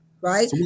right